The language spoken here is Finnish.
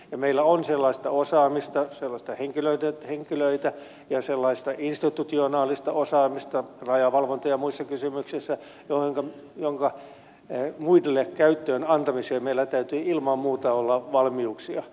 meillä on sellaista osaamista sellaisia henkilöitä ja sellaista institutionaalista osaamista rajavalvonta ja muissa kysymyksissä minkä muille käyttöön antamiseen meillä täytyy ilman muuta olla valmiuksia